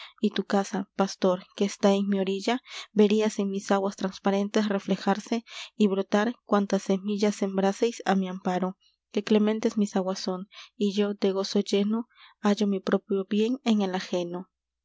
t u casa pastor que está en m i orilla verías en mis aguas transparentes reflejarse y brotar cuanta semilla sembraseis á m i amparo que clementes mis aguas son y yo de gozo lleno hallo m i propio bien en el ajeno